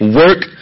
work